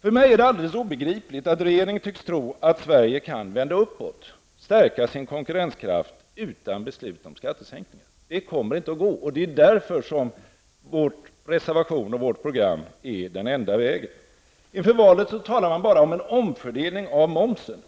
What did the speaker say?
Det är för mig alldeles obegripligt att regeringen tycks tro att utvecklingen i Sverige kan vända uppåt och att Sverige kan stärka sin konkurrenskraft utan beslut om skattesänkningar. Det kommer inte att gå, och det är därför som vår reservation och vårt program är den enda vägen. Inför valet talar regeringen bara om en omfördelning av momsen.